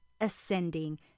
ascending